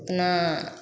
इतना